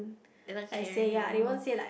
they don't care anymore